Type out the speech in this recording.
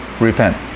Repent